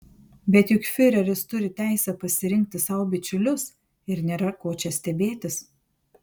bet juk fiureris turi teisę pasirinkti sau bičiulius ir nėra ko čia stebėtis